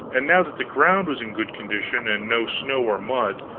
and now that the ground was in good condition, and no snow or mud,